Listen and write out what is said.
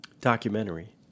documentary